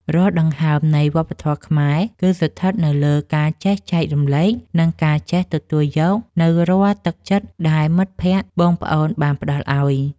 រាល់ដង្ហើមនៃវប្បធម៌ខ្មែរ គឺស្ថិតនៅលើការចេះចែករំលែក និងការចេះទទួលយកនូវរាល់ទឹកចិត្តដែលមិត្តភក្តិបងប្អូនបានផ្តល់ឱ្យ។